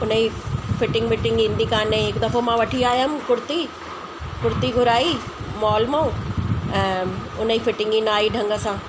हुनजी फिटिंग विटिंग ईंदी काने हिकु दफ़ो मां वठी आयमि कुर्ती कुर्ती घुराई मॉल मां ऐं हुनजी फिटिंग ई न आई ढंग सां